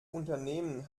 unternehmen